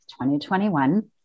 2021